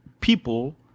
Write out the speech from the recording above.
people